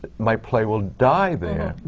but my play will die there,